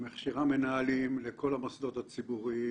היא מכשירה מנהלים לכל המוסדות הציבוריים,